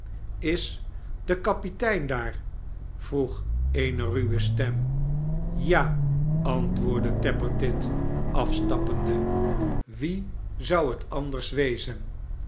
is de kapitein daar vroeg eene ruwe stem ja antwoordde tappertit afstappende wie zou het anders wezen